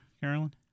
Carolyn